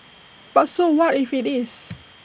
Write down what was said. but so what if IT is